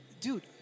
Dude